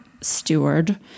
steward